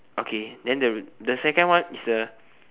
okay then the the second is a